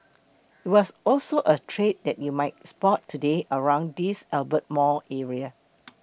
it was also a trade that you might spot today around this Albert Mall area